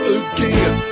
again